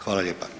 Hvala lijepa.